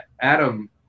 Adam